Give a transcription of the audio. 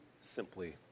simply